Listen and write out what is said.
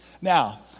Now